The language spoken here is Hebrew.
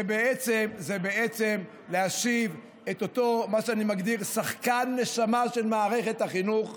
זה בעצם להשיב את מי שאני מגדיר: שחקן נשמה של מערכת החינוך.